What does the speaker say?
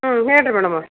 ಹ್ಞೂ ಹೇಳಿ ರೀ ಮೇಡಮ್ ಅವರೇ